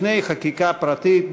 לפני החקיקה הפרטית,